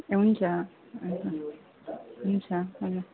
ए हुन्छ हुन्छ हुन्छ हजुर